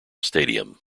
stadium